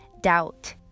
doubt